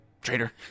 Traitor